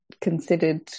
considered